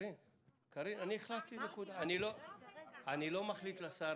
לשר יש לו"ז, אני לא מחליט לו,